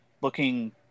looking